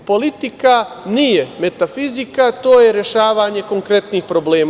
Politika nije metafizika, to je rešavanje konkretnih problema.